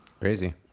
Crazy